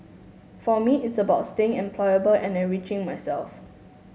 for me it's about staying employable and enriching myself